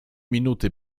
minuty